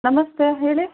ನಮಸ್ತೆ ಹೇಳಿ